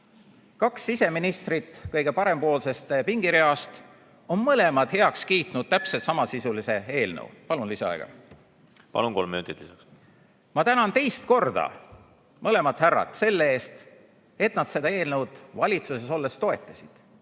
Kaks siseministrit kõige parempoolsemast pingireast on mõlemad heaks kiitnud täpselt samasisulise eelnõu. Palun lisaaega! Palun, kolm minutit lisaks! Palun, kolm minutit lisaks! Ma tänan teist korda mõlemat härrat selle eest, et nad seda eelnõu valitsuses olles toetasid,